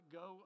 go